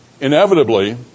inevitably